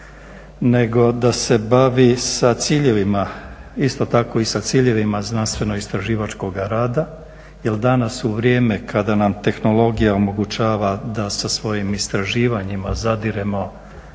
nego da se bavi sa ciljevima, isto tako i sa ciljevima znanstveno-istraživačkoga rada. Jer danas u vrijeme kada nam tehnologija omogućava da sa svojim istraživanjima zadiremo